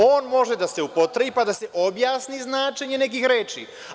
On može da se upotrebi, pa da se objasni značenje nekih reči.